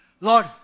Lord